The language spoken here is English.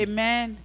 Amen